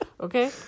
okay